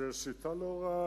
זו שיטה לא רעה.